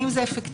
האם זה אפקטיבי.